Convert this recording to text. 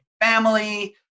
family